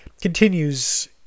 continues